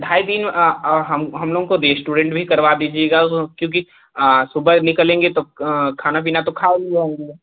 ढाई तीन हम हम लोगों को रेस्टोरेंट भी करवा दीजिएगा उसमें क्योंकि सुबह निकलेंगे तो खाना पीना तो खाए नहीं रहेंगे